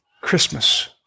Christmas